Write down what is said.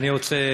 אני רוצה,